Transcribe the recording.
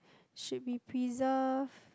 should we preserve